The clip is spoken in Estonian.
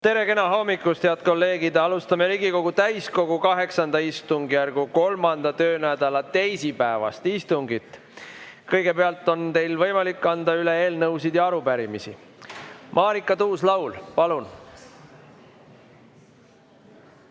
Tere hommikust, head kolleegid! Alustame Riigikogu täiskogu VIII istungjärgu 3. töönädala teisipäevast istungit. Kõigepealt on teil võimalik üle anda eelnõusid ja arupärimisi. Marika Tuus-Laul, palun!